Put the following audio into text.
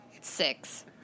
Six